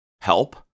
help